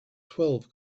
twelve